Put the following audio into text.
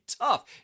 tough